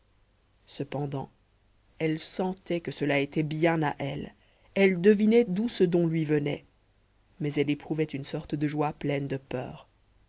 cependant elle sentait que cela était bien à elle elle devinait d'où ce don lui venait mais elle éprouvait une sorte de joie pleine de peur